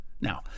Now